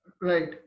Right